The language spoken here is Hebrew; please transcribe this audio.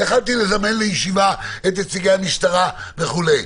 יכולתי לזמן לישיבה את נציגי המשטרה וכו'.